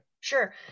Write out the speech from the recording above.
Sure